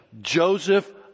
Joseph